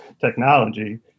technology